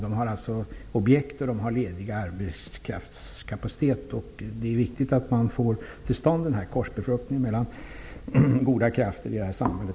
Det finns objekt och ledig arbetskraftskapacitet. Det är viktigt att man får till stånd denna korsbefruktning mellan goda krafter i samhället.